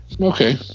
Okay